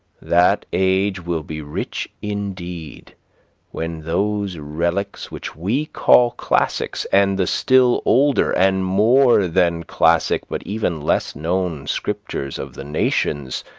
that age will be rich indeed when those relics which we call classics, and the still older and more than classic but even less known scriptures of the nations,